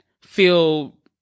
feel